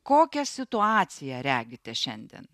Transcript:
kokią situaciją regite šiandien